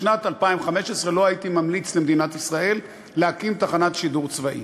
בשנת 2015 לא הייתי ממליץ למדינת ישראל להקים תחנת שידור צבאית.